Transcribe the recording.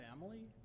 family